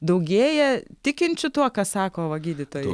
daugėja tikinčių tuo ką sako va gydytojai